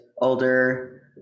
older